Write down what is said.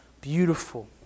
beautiful